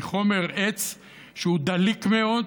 מחומר עץ שהוא דליק מאוד